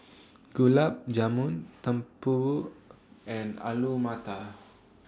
Gulab Jamun Tempura and Alu Matar